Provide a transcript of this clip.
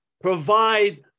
provide